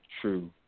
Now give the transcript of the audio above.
true